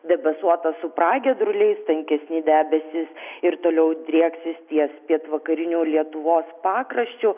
debesuota su pragiedruliais tankesni debesys ir toliau drieksis ties pietvakariniu lietuvos pakraščiu